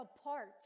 apart